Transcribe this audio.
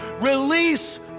release